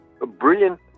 brilliant